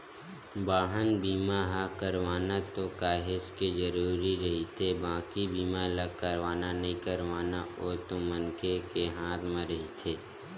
बाहन बीमा ह करवाना तो काहेच के जरुरी रहिथे बाकी बीमा ल करवाना नइ करवाना ओ तो मनखे के हात म रहिथे